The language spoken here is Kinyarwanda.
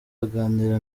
aganira